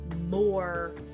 more